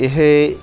ਇਹ